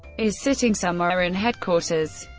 is sitting somewhere in headquarters.